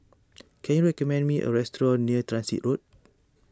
can you recommend me a restaurant near Transit Road